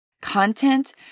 content